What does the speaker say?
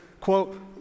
quote